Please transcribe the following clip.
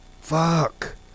Fuck